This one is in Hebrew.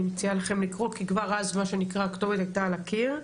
אני מציעה לכם לקרוא כי כבר אז מה שנקרא הכתובת היתה על הקיר,